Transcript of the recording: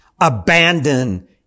abandon